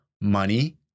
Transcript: money